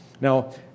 Now